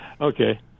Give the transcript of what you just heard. Okay